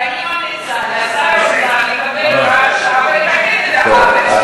אני ממליצה לשר האוצר לקבל הוראת שעה ולתקן את העוול.